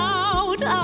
out